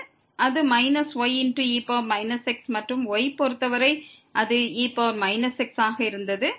அது minus y e x மற்றும் y பொறுத்தவரை அது e x ஆக இருந்தது